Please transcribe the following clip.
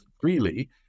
freely